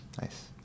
Nice